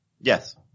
Yes